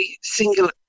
single